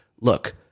look